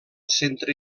centre